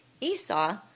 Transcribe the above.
Esau